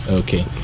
okay